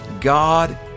God